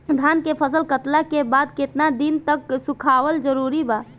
धान के फसल कटला के बाद केतना दिन तक सुखावल जरूरी बा?